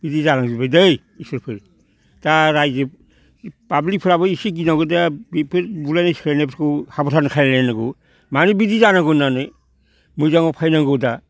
बिदि जालां जोब्बाय दै इसोरफोर दा रायजो पाब्लिकफोरा इसे गिनांगौ दा बिफोर बुलायनाय सुलायनाय साब'दान खालाय लायनांगौ मानो बिदि जानांगौ होननानै मोजाङाव फायनांगौ दा